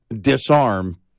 disarm